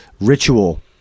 ritual